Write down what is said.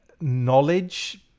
knowledge